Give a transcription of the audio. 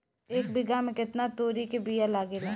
एक बिगहा में केतना तोरी के बिया लागेला?